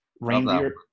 Reindeer